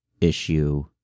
issue